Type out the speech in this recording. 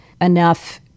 enough